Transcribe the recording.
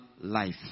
life